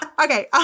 Okay